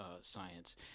science